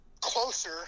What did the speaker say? closer